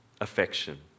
affection